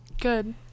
Good